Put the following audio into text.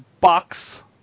box